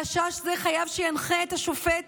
חשש זה חייב שינחה את השופט